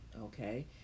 okay